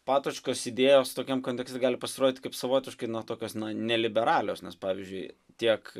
patočkos idėjos tokiam kontekste gali pasirodyti kaip savotiškai na tokios neliberalios nes pavyzdžiui tiek